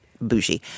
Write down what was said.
bougie